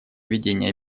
ведения